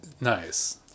nice